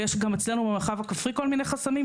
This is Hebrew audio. ויש גם אצלנו במרחב הכפרי כל מיני חסמים,